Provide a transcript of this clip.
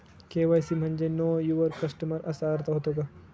KYC म्हणजे know your customer असा अर्थ होतो का?